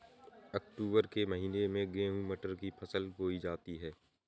अक्टूबर के महीना में गेहूँ मटर की फसल बोई जाती है